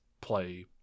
play